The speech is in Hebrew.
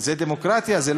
זה דמוקרטי, זה דמוקרטיה?